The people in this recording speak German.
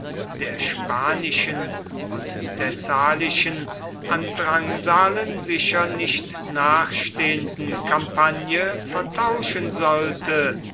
der spanischen und thessalischen an drangsalen sicher nicht nachstehenden kampagne vertauschen sollte